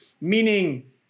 Meaning